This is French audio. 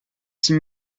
six